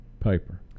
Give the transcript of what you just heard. Paper